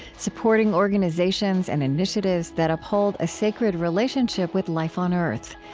supporting organizations and initiatives that uphold a sacred relationship with life on earth.